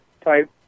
type